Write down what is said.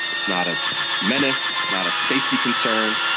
it's not a menace. it's not a safety concern.